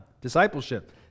Discipleship